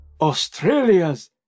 Australia's